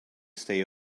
stay